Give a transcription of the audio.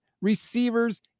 receivers